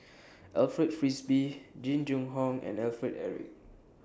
Alfred Frisby Jing Jun Hong and Alfred Eric